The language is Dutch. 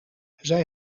zij